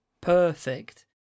perfect